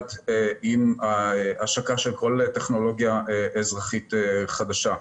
עם השקה של כל טכנולוגיה אזרחית חדשה.